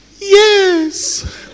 Yes